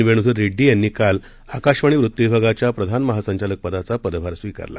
वेणूधर रेड्डी यांनी काल आकाशवाणी वृत्तविभागाच्या प्रधान महासंचालकपदाचा पदभार स्वीकारला